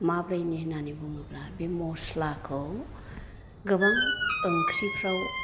माब्रैनि होन्नानै बुङोब्ला बे मस्लाखौ गोबां ओंख्रिफ्राव